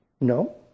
No